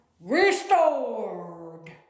restored